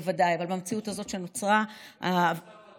בוודאי, אבל במציאות הזאת שנוצרה, בתקנות האלה